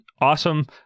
awesome